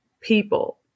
people